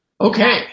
Okay